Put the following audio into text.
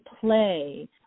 play